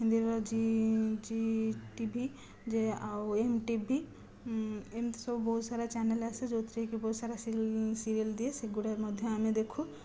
ହିନ୍ଦୀର ଜି ଜି ଟିଭି ଯେ ଆଉ ଏମ୍ଟିଭି ଏମିତି ସବୁ ବହୁତ ସାରା ଚ୍ୟାନେଲ ଆସେ ଯେଉଁଥିରେ କି ବହୁତ ସାରା ସିରିଏଲ ଦିଏ ସେ ଗୁଡ଼ା ଆମେ ମଧ୍ୟ ଦେଖୁ